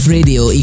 Radio